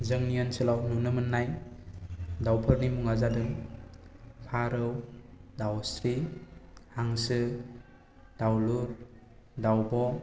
जोंनि ओनसोलाव नुनो मोननाय दावफोरनि मुङा जादों फारौ दावस्रि हांसो दावलुर दावब'